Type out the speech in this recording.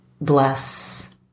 bless